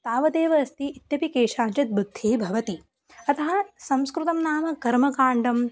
तावतेव अस्ति इत्यपि केषाञ्चित् बुद्धिः भवति अतः संस्कृतं नाम कर्मकाण्डं